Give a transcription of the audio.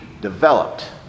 developed